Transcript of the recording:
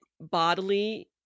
bodily